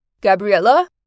Gabriella